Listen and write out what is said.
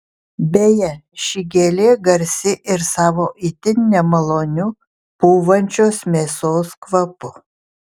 beje ši gėlė garsi ir savo itin nemaloniu pūvančios mėsos kvapu